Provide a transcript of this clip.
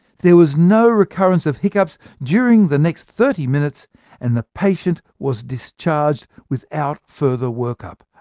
there was no recurrence of hiccups during the next thirty minutes and the patient was discharged without further work up.